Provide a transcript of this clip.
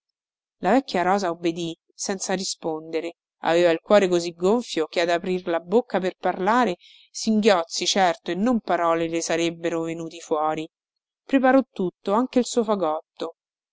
la vecchia rosa obbedì senza rispondere aveva i cuore così gonfio che ad aprir la bocca per parlare singhiozzi certo e non parole le sarebbero venuti fuori preparò tutto anche il suo fagotto